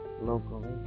locally